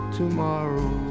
tomorrow